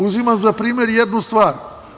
Uzimam za primer jednu stvar.